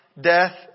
death